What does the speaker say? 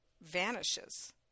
vanishes